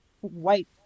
white